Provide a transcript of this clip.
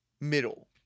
middle